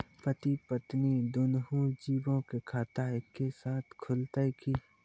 पति पत्नी दुनहु जीबो के खाता एक्के साथै खुलते की?